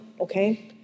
okay